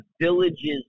Villages